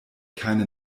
keine